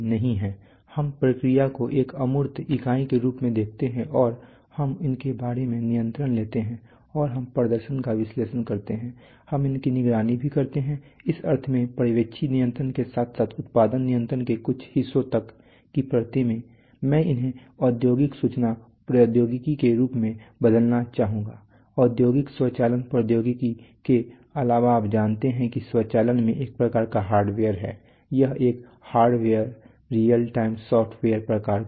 हम प्रक्रिया को एक अमूर्त इकाई के रूप में देखते हैं और हम उनके बारे में निर्णय लेते हैं और हम प्रदर्शन का विश्लेषण करते हैं हम उनकी निगरानी भी करते हैं इस अर्थ में पर्यवेक्षी नियंत्रण के साथ साथ उत्पादन नियंत्रण के कुछ हिस्सों तक की परतें में मैं उन्हें औद्योगिक सूचना प्रौद्योगिकी के रूप में बदलना चाहूंगा औद्योगिक स्वचालन प्रौद्योगिकी के अलावा आप जानते हैं कि स्वचालन में एक प्रकार का हार्डवेयर है यह एक हार्डवेयर रीयल टाइम सॉफ़्टवेयर प्रकार का है